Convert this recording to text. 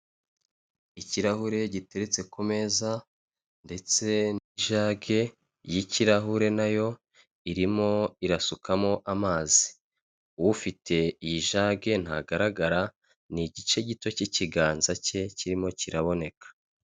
Ikirahure gitetse ku meza ndetse n'ijage y'ikirahure nayo irimo irasukamo amazi, ufite iyi jage ntagaragara, ni igice gito cy'ikiganza cye kirimo kiraboneka.